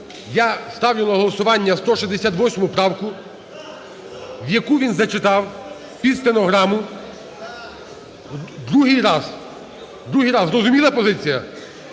я ставлю на голосування 168 правку, яку він зачитав під стенограму другий раз. Зрозуміла позиція?